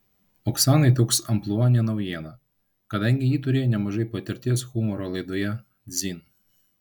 oksanai toks amplua ne naujiena kadangi ji turėjo nemažai patirties humoro laidoje dzin